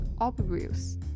obvious